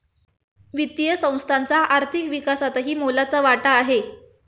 वित्तीय संस्थांचा आर्थिक विकासातही मोलाचा वाटा आहे